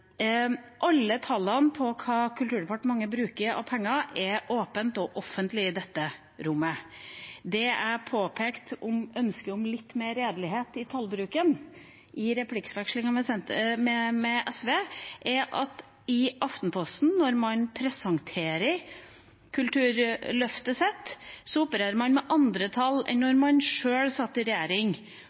Alle tallene på hva Kulturdepartementet bruker av penger, er åpne og offentlige i dette rommet. Det jeg påpekte om ønske om litt mer redelighet i bruken av tall i replikkvekslingen med SV, er at når man presenterer kulturløftet sitt i Aftenposten, opererer man med andre tall enn da man selv satt i regjering